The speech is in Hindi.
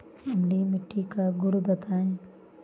अम्लीय मिट्टी का गुण बताइये